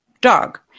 dog